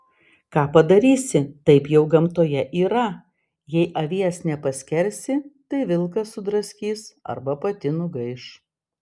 ką padarysi taip jau gamtoje yra jei avies nepaskersi tai vilkas sudraskys arba pati nugaiš